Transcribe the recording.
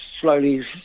slowly